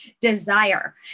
desire